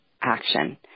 action